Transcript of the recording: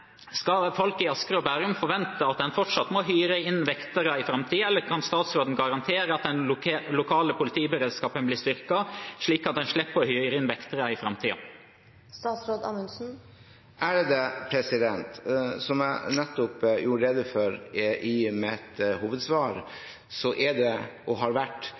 Skal folk i Asker og Bærum forvente at en fortsatt må hyre inn vektere i framtiden, eller kan statsråden garantere at den lokale politiberedskapen blir styrket, slik at en slipper å hyre inn vektere i framtiden? Som jeg nettopp gjorde rede for i mitt hovedsvar, er det – og har vært